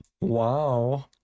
Wow